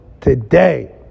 today